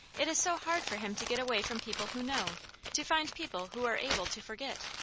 it is so hard for him to get away from people who know to find people who are able to forget.